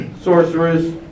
sorcerers